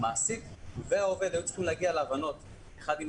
המעסיק והעובד היו צריכים להגיע להבנות האחד עם